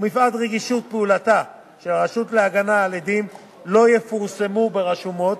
ומפאת רגישות פעולתה של הרשות להגנה על עדים לא יפורסמו ברשומות.